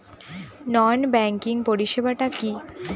নন banking পরিষেবা টা কি?